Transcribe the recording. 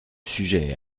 sujet